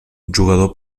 jugador